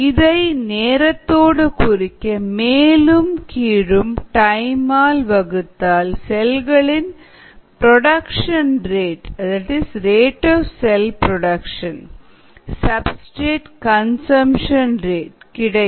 இதை நேரத்தோடு குறிக்க மேலும் கீழும் டைம் ஆல் வகுத்தால் செல்களின் production rate substrate consumption rate கிடைக்கும்